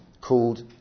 called